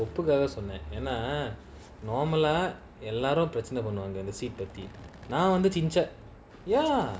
சொன்னேன்எனா:sonnen ena normal ah எல்லோரும்பிரச்னைபண்ணுவாங்க:ellorum prachana pannuvanga ya